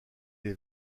les